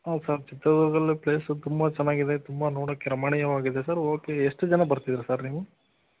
ಹೌದ್ ಸರ್ ಚಿತ್ರದುರ್ಗದಲ್ಲೂ ಪ್ಲೇಸು ತುಂಬ ಚೆನ್ನಾಗಿದೆ ತುಂಬ ನೋಡೋಕ್ಕೆ ರಮಣೀಯವಾಗಿದೆ ಸರ್ ಓಕೆ ಎಷ್ಟು ಜನ ಬರ್ತಿದ್ದೀರಾ ಸರ್ ನೀವು